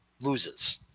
loses